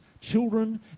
children